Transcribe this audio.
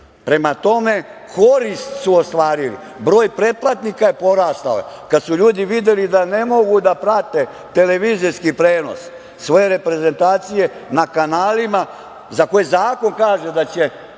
tome, korist su ostvarili. Broj pretplatnika je porastao. Kad su ljudi videli da ne mogu da prate televizijski prenos svoje reprezentacije na kanalima za koje zakon kaže da će